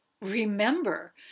remember